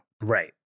Right